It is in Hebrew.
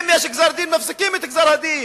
אם יש גזר-דין, מפסיקים את גזר-הדין.